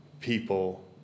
people